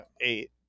eight